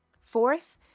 Fourth